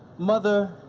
mother,